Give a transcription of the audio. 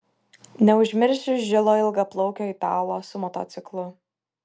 neužmiršiu žilo ilgaplaukio italo su motociklu